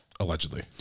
Allegedly